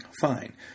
fine